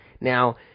Now